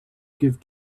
give